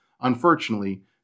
Unfortunately